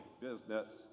business